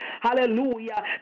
hallelujah